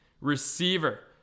receiver